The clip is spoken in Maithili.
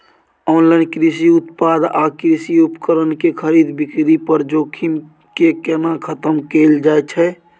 ऑनलाइन कृषि उत्पाद आ कृषि उपकरण के खरीद बिक्री पर जोखिम के केना खतम कैल जाए छै?